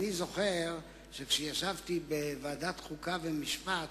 אני זוכר שכשישבתי בוועדת החוקה, חוק ומשפט,